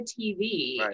TV